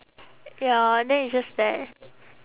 ya and then it's just there